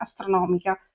astronomica